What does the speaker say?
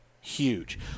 huge